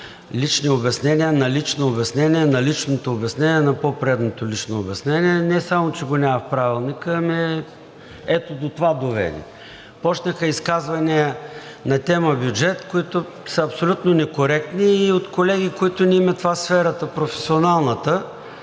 лични обяснения – на лично обяснение на личното обяснение на по-предното лично обяснение, не само че го няма в Правилника, но ето до това доведе. То ще са изказвания на тема „Бюджет“, които са абсолютно некоректни или от колеги, на които това не им е професионалната